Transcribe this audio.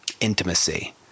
intimacy